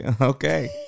okay